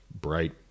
bright